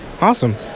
awesome